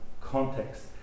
context